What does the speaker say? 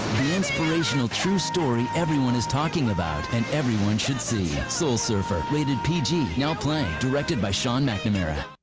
the inspirational true story everyone is talking about and everyone should see. soul surfer, rated pg. now playing. directed by sean mcnamara.